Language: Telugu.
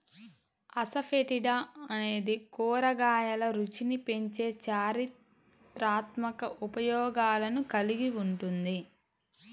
అసఫెటిడా అనేది కూరగాయల రుచిని పెంచే చారిత్రాత్మక ఉపయోగాలను కలిగి ఉంటుంది